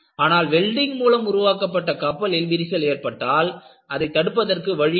ஆனால் வெல்டிங் மூலம் உருவாக்கப்பட்ட கப்பலில் விரிசல் ஏற்பட்டால் அதை தடுப்பதற்கு வழி இல்லை